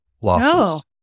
losses